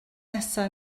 nesaf